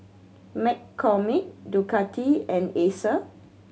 McCormick Ducati and Acer